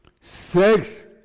sex